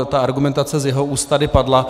Ta argumentace z jeho úst tady padla.